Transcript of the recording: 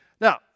Now